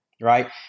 right